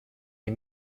les